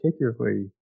particularly